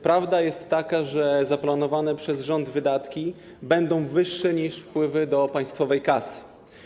Prawda jest taka, że zaplanowane przez rząd wydatki będą wyższe niż wpływy do państwowej kasy.